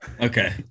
Okay